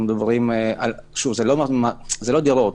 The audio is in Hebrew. זה לא דירות,